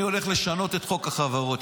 אני הולך לשנות את חוק החברות.